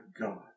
God